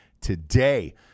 today